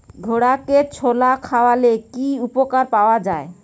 ঘোড়াকে ছোলা খাওয়ালে কি উপকার পাওয়া যায়?